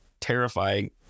terrifying